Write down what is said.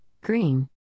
Green